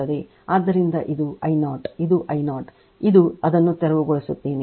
ಆದ್ದರಿಂದ ಇದು I 0 ಇದು I 0 ಇದು ಅದನ್ನು ತೆರವುಗೊಳಿಸುತ್ತೇನೆ